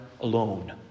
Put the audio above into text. alone